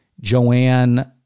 Joanne